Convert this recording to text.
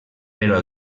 però